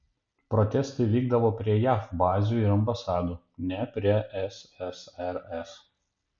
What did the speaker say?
protestai vykdavo prie jav bazių ir ambasadų ne prie ssrs